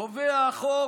החוק